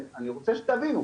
אני רוצה שתבינו,